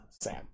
sam